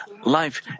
life